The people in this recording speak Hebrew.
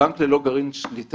לגבי בנק ללא גרעין שליטה,